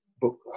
book